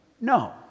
No